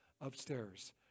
upstairs